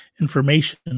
information